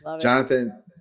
Jonathan